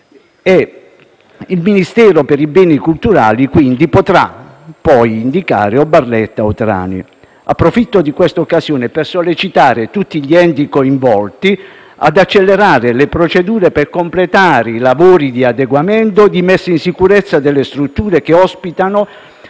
Il Ministero per i beni e le attività culturali potrà quindi indicare come sede Barletta o Trani. Approfitto dell'occasione per sollecitare tutti gli enti coinvolti ad accelerare le procedure per completare i lavori di adeguamento e di messa in sicurezza delle strutture che ospitano